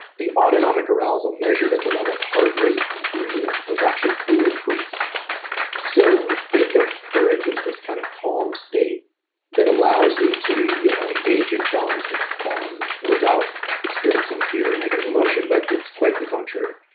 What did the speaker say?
the autonomic arousal measured at the level of heart rate and breathing was actually increased so, we think of courage as this kind of calm state that allows you to you know engage in challenge um without experiencing fear and negative emotion, but it's quite the contrary.